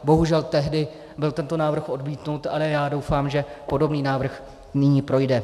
Bohužel tehdy byl tento návrh odmítnut, ale já doufám, že podobný návrh nyní projde.